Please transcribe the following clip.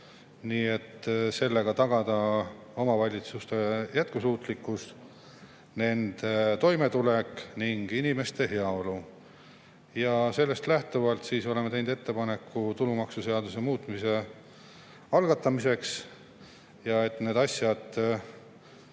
et sellega tagada omavalitsuste jätkusuutlikkus, nende toimetulek ja inimeste heaolu. Sellest lähtuvalt oleme teinud ettepaneku tulumaksuseaduse muutmise algatamiseks. Ja et need asjad